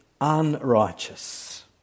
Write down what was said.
unrighteous